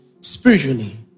spiritually